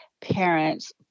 parents